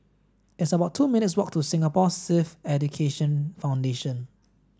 it's about two minutes' walk to Singapore Sikh Education Foundation